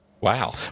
Wow